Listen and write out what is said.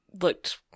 looked